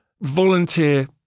volunteer